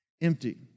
empty